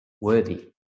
worthy